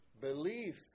Belief